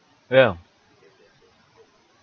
well